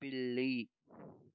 పిల్లి